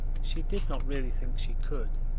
she did not really think she could.